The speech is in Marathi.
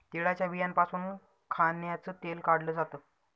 तिळाच्या बियांपासून खाण्याचं तेल काढल जात